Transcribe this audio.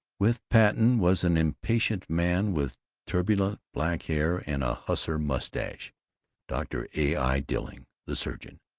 with patten was an impatient man with turbulent black hair and a hussar mustache dr. a. i. dilling, the surgeon.